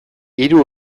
hiru